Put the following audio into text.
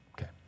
Okay